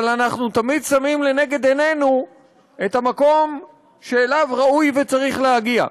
אבל אנחנו תמיד שמים לנגד עינינו את המקום שאליו ראוי וצריך להגיע.